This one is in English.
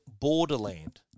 Borderland